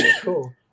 Cool